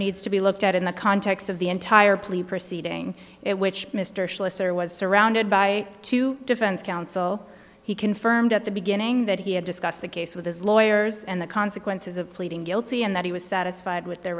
needs to be looked at in the context of the entire plea proceeding it which mr schlosser was surrounded by two defense counsel he confirmed at the beginning that he had discussed the case with his lawyers and the consequences of pleading guilty and that he was satisfied with the